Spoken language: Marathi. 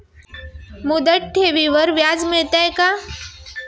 मुदत ठेवीवर व्याज मिळेल का?